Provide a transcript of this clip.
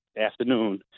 afternoon